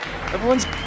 Everyone's